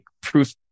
proof